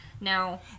Now